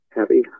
Happy